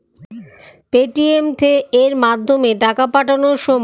Paytm এর মাধ্যমে টাকা পাঠানোর সময় ব্যাংক থেকে কেটে নিয়েছে কিন্তু টাকা যায়নি কি করব?